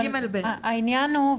נכון אבל העניין הוא,